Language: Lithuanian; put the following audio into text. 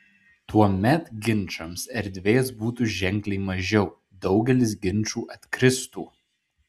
tuomet ginčams erdvės būtų ženkliai mažiau daugelis ginčų atkristų